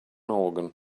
organ